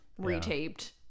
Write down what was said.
Retaped